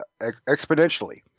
exponentially